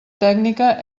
tècnica